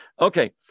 Okay